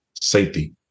safety